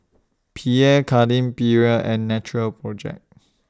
Pierre Cardin Perrier and Natural Project